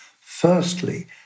firstly